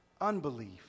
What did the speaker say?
unbelief